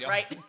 Right